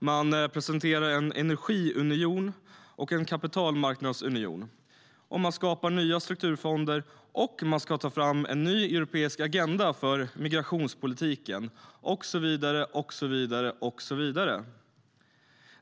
Man presenterar en energiunion och en kapitalmarknadsunion. Man skapar nya strukturfonder, och man ska ta fram en ny europeisk agenda för migrationspolitiken och så vidare.